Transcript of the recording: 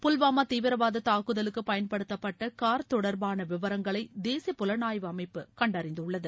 புல்வாமா தீவிரவாத தாக்குதலுக்கு பயன்படுத்தப்பட்ட கார் தொடர்பான விவரங்களை தேசிய புலனாய்வு அமைப்பு கண்டறிந்துள்ளது